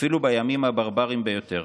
אפילו בימים הברבריים ביותר.